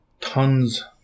tons